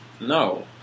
No